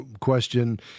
question